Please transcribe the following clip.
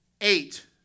eight